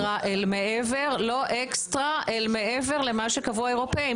לא אקסטרה אל מעבר למה שקבעו האירופאים.